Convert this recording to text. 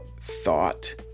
thought